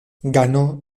ganó